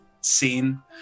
scene